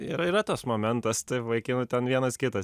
yra yra tas momentas tai vaikinų ten vienas kitas